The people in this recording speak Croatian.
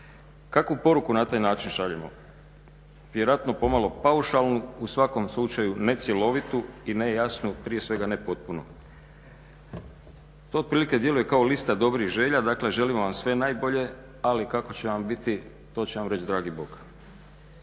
Kakvu poruku na taj način šaljemo? Vjerojatno pomalo paušalnu, u svakom slučaju ne cjelovitu i ne jasnu prije svega nepotpunu. To otprilike djeluje kao lista dobrih želja, dakle želimo vam sve najbolje ali kako će vam biti to će vam reći dragi Bog.